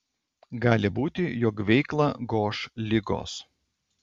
gali būti jog veiklą goš ligos